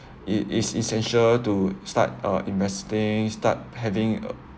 it is is essential to start uh investing start having